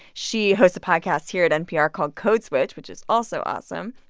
she hosts a podcast here at npr called code switch which is also awesome.